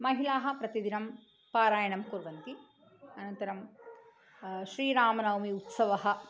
महिलाः प्रतिदिनं पारायणं कुर्वन्ति अनन्तरं श्रीरामनवमी उत्सवः